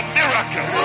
miracle